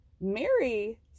Mary